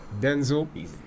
Denzel